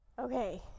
Okay